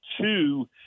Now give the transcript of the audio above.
two